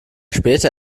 später